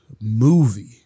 movie